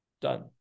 Done